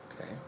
Okay